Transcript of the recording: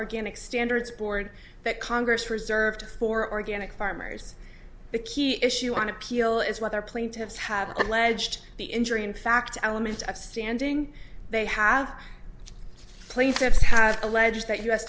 organic standards board that congress reserved for organic farmers the key issue on appeal is whether plaintiffs have alleged the injury in fact elements of standing they have plaintiffs have alleged that u